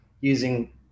using